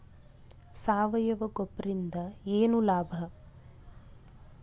ಸಾವಯವ ಗೊಬ್ಬರದಿಂದ ಏನ್ ಲಾಭ?